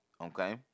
Okay